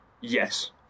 Yes